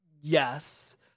yes